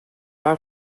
our